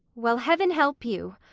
well, heaven help you!